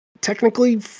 technically